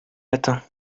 matins